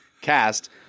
cast